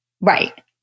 Right